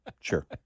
Sure